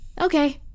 Okay